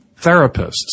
therapists